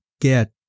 get